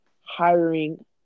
hiring –